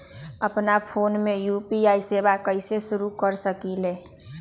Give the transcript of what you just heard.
अपना फ़ोन मे यू.पी.आई सेवा कईसे शुरू कर सकीले?